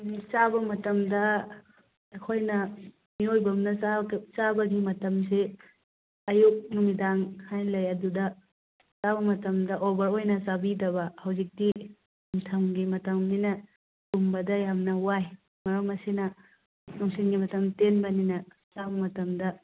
ꯎꯝ ꯆꯥꯕ ꯃꯇꯝꯗ ꯑꯩꯈꯣꯏꯅ ꯃꯤꯑꯣꯏꯕ ꯑꯃꯅ ꯆꯥꯕꯒꯤ ꯃꯇꯝꯁꯦ ꯑꯌꯨꯛ ꯅꯨꯃꯤꯗꯥꯡ ꯍꯥꯏꯅ ꯂꯩꯌꯦ ꯑꯗꯨꯗ ꯆꯥꯕ ꯃꯇꯝꯗ ꯑꯣꯚꯔ ꯑꯣꯏꯅ ꯆꯥꯕꯤꯗꯕ ꯍꯧꯖꯤꯛꯇꯤ ꯏꯟꯊꯝꯒꯤ ꯃꯇꯝꯅꯤꯅ ꯇꯨꯝꯕꯗ ꯌꯥꯝꯅ ꯋꯥꯏ ꯃꯔꯝ ꯑꯁꯤꯅ ꯅꯨꯡꯊꯤꯜꯒꯤ ꯃꯇꯝ ꯇꯦꯟꯕꯅꯤꯅ ꯆꯥꯕ ꯃꯇꯝꯗ